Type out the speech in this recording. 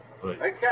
Okay